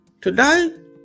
today